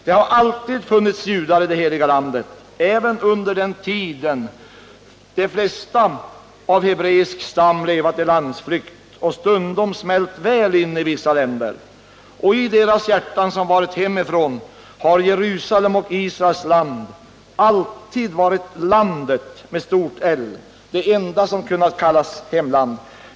Det har alltid funnits judar i det heliga landet — även under den tid då de flesta av judisk stam levat i landsflykt och stundom smält väl in i vissa länder —- och i deras hjärtan som varit hemifrån har Jerusalem och Israels land alltid varit Landet; det enda land som de kunnat kalla sitt hemland.